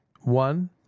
one